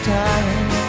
time